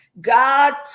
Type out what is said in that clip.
God